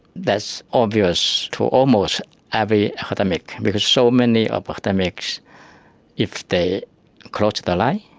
that's obvious to almost every academic. because so many ah academics if they cross the line,